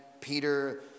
Peter